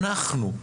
אנחנו,